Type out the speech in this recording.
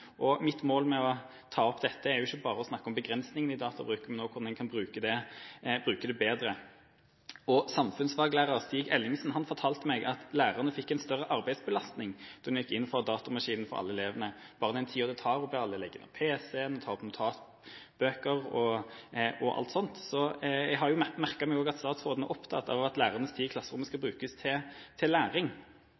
Mitt mål med å ta opp dette er ikke bare å snakke om begrensningene i databruk, men også om hvordan en kan bruke det bedre. Samfunnsfaglærer Stig Ellingsen fortalte meg at lærerne fikk en større arbeidsbelastning da en gikk inn for datamaskin for alle elevene – bare den tida det tar å be alle legge ned pc-en, ta opp notatbøker og alt sånt. Jeg merket meg at statsråden er opptatt av at lærernes tid i klasserommet skal